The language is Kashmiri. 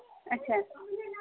اَچھا